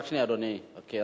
רק שנייה, אדוני.